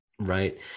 right